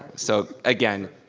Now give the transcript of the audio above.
so again,